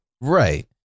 Right